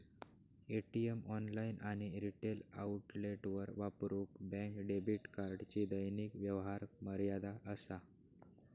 ATM, online आणि retail आउटलेटवर वापरूक बँक डेबिट कार्डची दैनिक व्यवहार मर्यादा असा